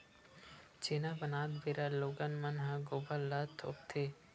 छेना बनात बेरा लोगन मन ह गोबर ल थोपथे